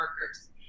workers